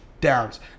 downs